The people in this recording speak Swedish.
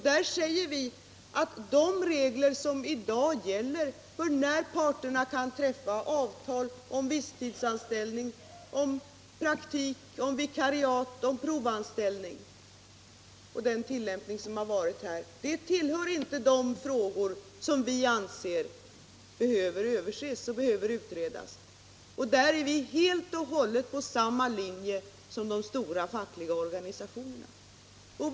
Där säger vi att de regler, som gäller för när parterna kan träffa avtal om visstidsanställning, om praktik, om vikariat och provanställning och den tillämpning som varit här, inte tillhör det som behöver överses och utredas. Där är vi helt och hållet på samma linje som de stora fackliga organisationerna.